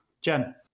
Jen